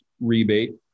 rebate